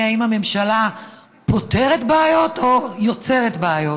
אם הממשלה פותרת בעיות או יוצרת בעיות.